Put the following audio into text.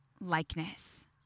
likeness